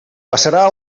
passarà